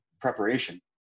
preparation